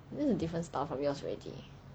that's a different style from yours already